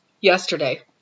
Yesterday